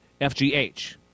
FGH